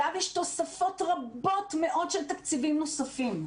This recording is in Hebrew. עליו יש תוספות רבות מאוד של תקציבים נוספים.